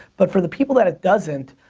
but for the people that it doesn't,